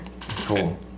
Cool